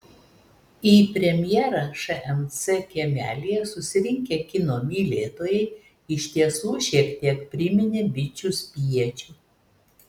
į premjerą šmc kiemelyje susirinkę kino mylėtojai iš tiesų šiek tiek priminė bičių spiečių